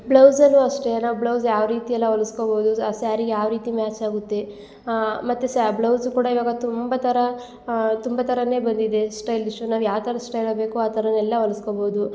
ಬ್ಲೌಸಲ್ಲೂ ಅಷ್ಟೆ ನಾವು ಬ್ಲೌಸ್ ಯಾವ ರೀತಿ ಎಲ್ಲ ಹೊಲಿಸ್ಕೊಬೋದು ಆ ಸ್ಯಾರಿ ಯಾವ ರೀತಿ ಮ್ಯಾಚ್ ಆಗುತ್ತೆ ಮತ್ತು ಸ ಆ ಬ್ಲೌಸು ಕೂಡ ಇವಾಗ ತುಂಬ ಥರ ತುಂಬ ಥರನೇ ಬಂದಿದೆ ಸ್ಟೈಲಿಶ್ ನಾವು ಯಾವ ಥರ ಸ್ಟೈಲಲ್ಲಿ ಬೇಕು ಆ ಥರ ಎಲ್ಲ ಹೊಲ್ಸ್ಕೊಬೋದು